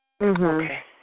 Okay